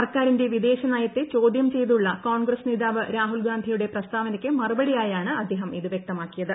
സർക്കാരിന്റെ വിദേശനയത്തെ ചോദ്യം ചെയ്തുള്ള കോൺഗ്രസ് നേതാവ് രാഹുൽ ഗാന്ധിയുടെ പ്രസ്താവനയ്ക്ക് മറുപടിയായാണ് അദ്ദേഹം ഇത് വ്യക്തമാക്കിയത്